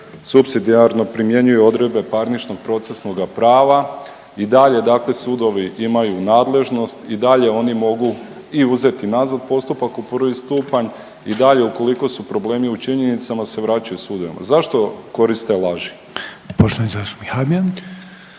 supsidijarno primjenjuju odredbe parničnog procesnoga prava, i dalje dakle sudovi imaju nadležnost, i dalje oni mogu i uzeti nazad postupak u prvi stupanj, i dalje ukoliko su problemi u činjenicama se vraćaju sudovima. Zašto koriste laži? **Reiner, Željko